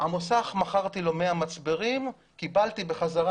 מצב שמכרתי למוסך 100 מצברים וקיבלתי בחזרה